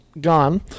gone